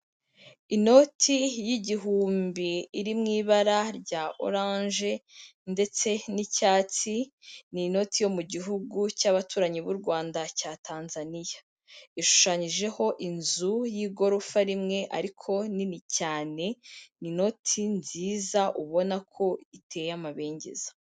Inoti y'igihumbi iri mu ibara rya oranje ndetse n'icyatsi, ni inoti yo mu gihugu cy'abaturanyi b'u Rwanda cya Tanzaniya. Ishushanyijeho inzu y'igorofa rimwe ariko nini cyane, ni inoti nziza ubona ko iteye amabengeza.